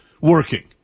working